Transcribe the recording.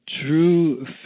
true